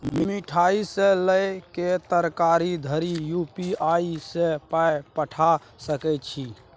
मिठाई सँ लए कए तरकारी धरि यू.पी.आई सँ पाय पठा सकैत छी